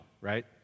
right